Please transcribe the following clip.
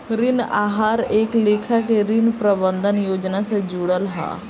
ऋण आहार एक लेखा के ऋण प्रबंधन योजना से जुड़ल हा